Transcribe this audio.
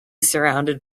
surrounded